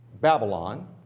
Babylon